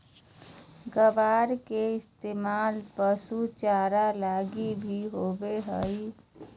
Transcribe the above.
ग्वार के इस्तेमाल पशु चारा लगी भी होवो हय